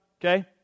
okay